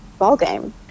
ballgame